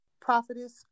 prophetess